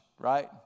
right